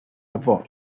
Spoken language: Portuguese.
avó